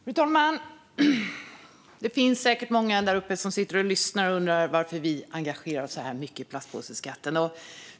Fru talman! Det finns säkert många där uppe på läktaren som undrar varför vi engagerar oss så mycket i plastpåseskatten.